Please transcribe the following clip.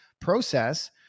process